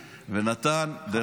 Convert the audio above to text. ונתן, מי?